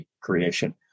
creation